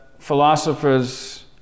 philosophers